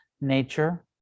nature